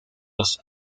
los